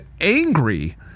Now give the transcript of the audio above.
angry